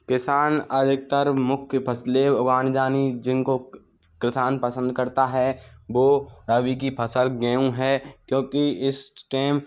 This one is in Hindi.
किसान अधिकतर मुख्य फ़सलें उगाण जानी जिनको किसान पसंद करता है वो रबी की फ़सल गेहूँ है क्योंकि इस टेम